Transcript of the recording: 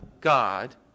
God